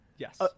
Yes